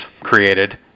created